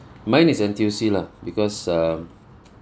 mine is N_T_UC lah because err